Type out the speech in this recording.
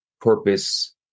purpose